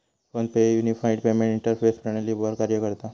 phone पे unified payment interface प्रणालीवर कार्य करता